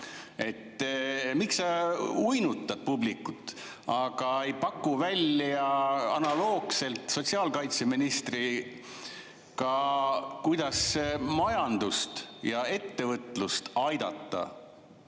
Miks sa uinutad publikut, aga ei paku välja analoogselt sotsiaalkaitseministri pakutuga, kuidas majandust ja ettevõtlust aidata